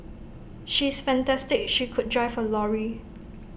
she is fantastic she could drive A lorry